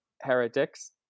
heretics